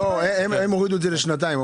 לא, הם הורידו את זה לשנתיים.